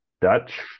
Dutch